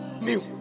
new